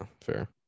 fair